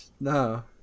No